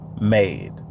made